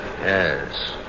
Yes